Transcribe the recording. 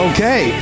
Okay